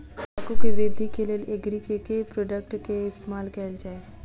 तम्बाकू केँ वृद्धि केँ लेल एग्री केँ के प्रोडक्ट केँ इस्तेमाल कैल जाय?